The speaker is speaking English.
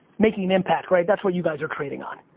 making an impact, right? that's what you guys are trading on.